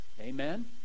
Amen